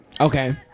Okay